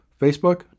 facebook